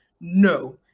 No